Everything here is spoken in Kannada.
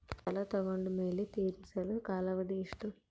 ಸಾಲ ತಗೊಂಡು ಮೇಲೆ ತೇರಿಸಲು ಕಾಲಾವಧಿ ಎಷ್ಟು?